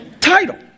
title